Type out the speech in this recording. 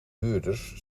huurders